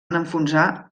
enfonsar